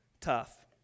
tough